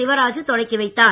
சிவராசு தொடக்கி வைத்தார்